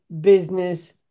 business